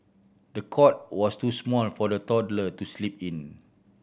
the cot was too small for the toddler to sleep in